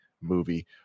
movie